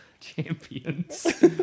Champions